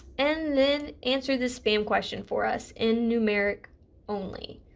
and then answer this spam question for us in numeric only.